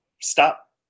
stop